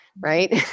right